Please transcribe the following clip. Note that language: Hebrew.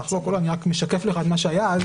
אני רק משקף לך את מה שהיה אז,